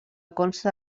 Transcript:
consta